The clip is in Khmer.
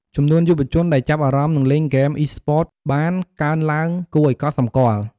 ចំនួនយុវជនដែលចាប់អារម្មណ៍ និងលេងហ្គេម Esports បានកើនឡើងគួរឲ្យកត់សម្គាល់។